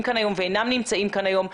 כאן היום ואלה שאינם נמצאים כאן היום,